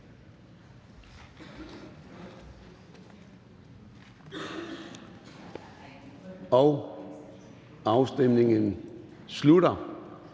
og afstemningen starter.